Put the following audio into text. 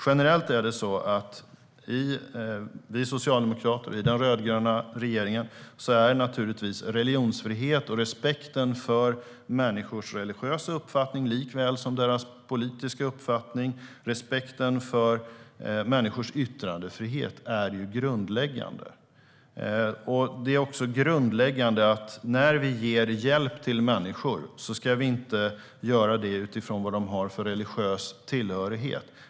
För Socialdemokraterna och den rödgröna regeringen är givetvis religionsfriheten och respekten för människors religiösa uppfattning likaväl som för deras politiska uppfattning och för yttrandefriheten grundläggande. Det är också grundläggande att vi inte ger hjälp till människor utifrån deras religiösa tillhörighet.